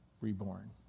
reborn